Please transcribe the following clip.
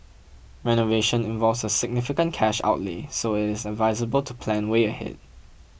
renovation involves a significant cash outlay so it is advisable to plan way ahead